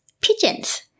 pigeons